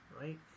right